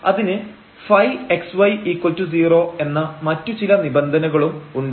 അതിന് ϕxy0 എന്ന മറ്റു ചില നിബന്ധനകളും ഉണ്ട്